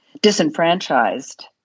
disenfranchised